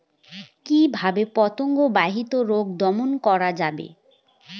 কিভাবে পতঙ্গ বাহিত রোগ দমন করা যায়?